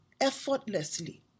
effortlessly